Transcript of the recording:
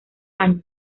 años